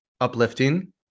uplifting